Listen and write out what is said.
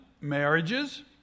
marriages